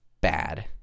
bad